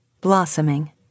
Blossoming